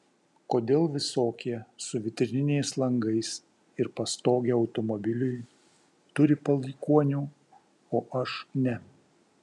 kodėl visokie su vitrininiais langais ir pastoge automobiliui turi palikuonių o aš ne